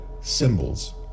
symbols